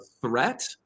threat